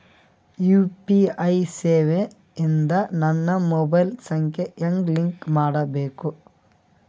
UPI ಸೇವೆ ಇಂದ ನನ್ನ ಮೊಬೈಲ್ ಸಂಖ್ಯೆ ಹೆಂಗ್ ಲಿಂಕ್ ಮಾಡಬೇಕು?